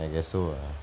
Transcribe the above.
I guess so ah